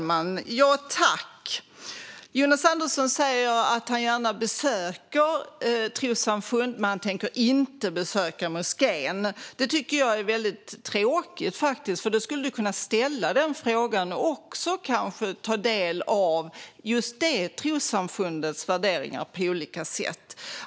Fru talman! Jonas Andersson säger att han gärna besöker trossamfund men att han inte tänker besöka moskén. Det tycker jag är väldigt tråkigt, för då skulle han kunna ställa den här frågan och kanske också ta del av just det här trossamfundets värderingar på olika sätt.